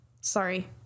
sorry